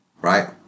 right